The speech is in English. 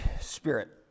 Spirit